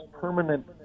permanent